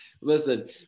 Listen